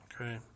Okay